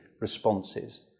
responses